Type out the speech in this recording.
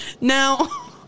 Now